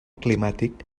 climàtic